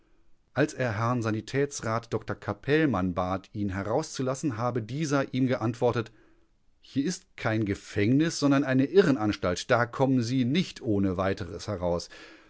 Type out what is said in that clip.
als er herrn sanitätsrat dr capellmann bat ihn herauszulassen habe dieser ihm geantwortet hier ist kein gefängnis sondern eine irrenanstalt da kommen sie nicht ohne weiteres heraus